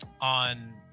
On